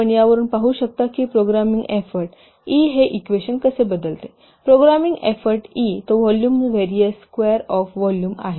आपण यावरून पाहू शकता की प्रोग्रामिंग एफोर्ट ई हे इक्वेशन कसे बदलते प्रोग्रामिंग एफोर्ट ई तो volume varies square of volume आहे